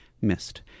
missed